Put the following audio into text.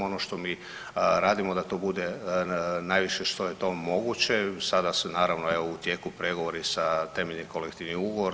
Ono što mi radimo da to bude najviše što je to moguće sada su naravno u tijeku pregovori sa temeljni kolektivni ugovor.